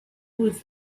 with